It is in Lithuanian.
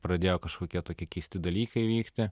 pradėjo kažkokie tokie keisti dalykai vykti